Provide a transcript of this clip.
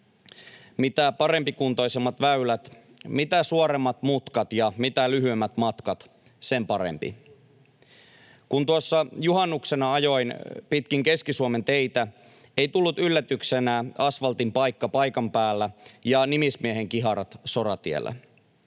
Mitä parempikuntoiset väylät, mitä suoremmat mutkat ja mitä lyhyemmät matkat, sen parempi. Kun tuossa juhannuksena ajoin pitkin Keski-Suomen teitä, ei tullut yllätyksenä asvaltin paikka paikan päällä ja nimismiehen kiharat soratiellä.